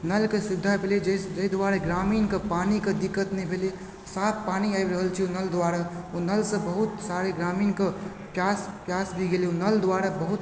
नलके सुविधा भए गेलै तैं दुआरे ग्रामीणके पानिके दिक्कत नहि भेलै साफ पानि आबि रहल छै ओ नल द्वारा ओ नलसँ बहुत सारे ग्रामीणके पिआस भी गेलै ओ नल द्वारा बहुत